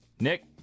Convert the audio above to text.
Nick